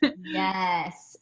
Yes